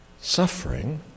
suffering